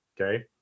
okay